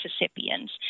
Mississippians